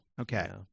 okay